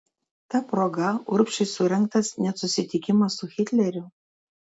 ta proga urbšiui surengtas net susitikimas su hitleriu